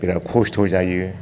बिराथ खस्थ' जायो